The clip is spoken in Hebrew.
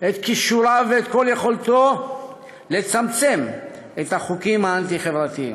כישוריו ואת כל יכולתו לצמצם את החוקים האנטי-חברתיים.